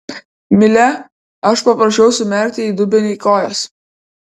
mile aš paprašiau sumerkti į dubenį kojas